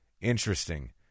Interesting